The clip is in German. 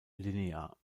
linear